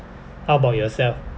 how bout yourself